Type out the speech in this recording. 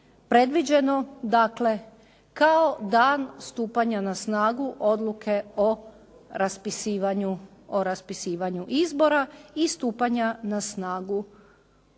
predviđeno, dakle kao dan stupanja na snagu odluke o raspisivanju izbora i stupanja na snagu ovoga